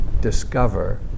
discover